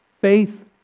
Faith